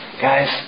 Guys